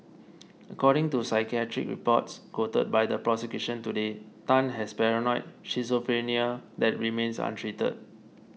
according to psychiatric reports quoted by the prosecution today Tan has paranoid schizophrenia that remains untreated